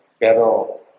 pero